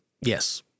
Yes